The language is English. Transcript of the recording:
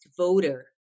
voter